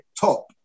top